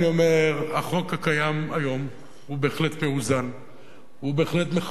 אני אומר: החוק הקיים היום הוא בהחלט מאוזן,